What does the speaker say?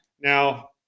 Now